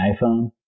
iPhone